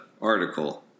article